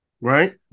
Right